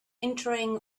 entering